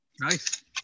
Nice